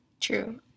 True